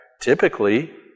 typically